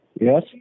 Yes